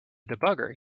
debugger